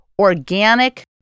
organic